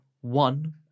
one